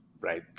right